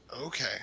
Okay